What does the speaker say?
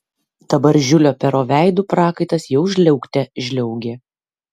dabar žiulio pero veidu prakaitas jau žliaugte žliaugė